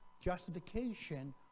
justification